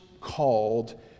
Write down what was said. called